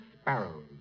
sparrows